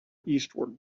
eastward